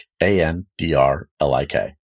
A-N-D-R-L-I-K